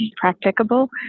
practicable